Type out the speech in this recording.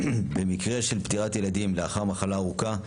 במקרה של פטירת ילדים לאחר מחלה ארוכה,